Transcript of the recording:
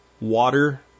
water